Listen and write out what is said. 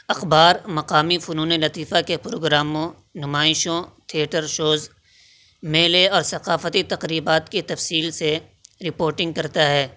اخبار مقامی فنونِ لطیفہ کے پروگراموں نمائشوں تھیٹر شوز میلے اور ثقافتی تقریبات کی تفصیل سے رپوٹنگ کرتا ہے